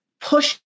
push